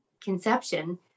conception